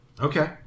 Okay